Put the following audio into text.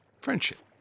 friendship